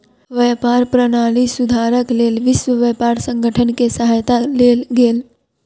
व्यापार प्रणाली सुधारक लेल विश्व व्यापार संगठन के सहायता लेल गेल